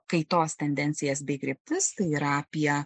kaitos tendencijas bei kryptis tai yra apie